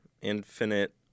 Infinite